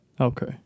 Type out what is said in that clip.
Okay